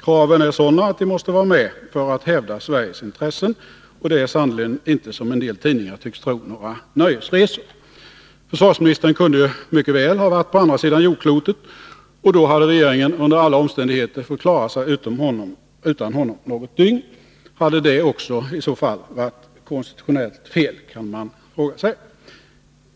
Kraven är sådana att de måste vara med för att hävda Sveriges intressen. Det är sannerligen inte några nöjesresor, som en del tidningar tycks tro. Försvarsministern kunde mycket väl ha varit på andra sidan jordklotet. Då hade regeringen under alla omständigheter fått klara sig utan honom något dygn. Hade det i så fall också varit konstitutionellt fel? kan man fråga sig.